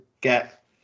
get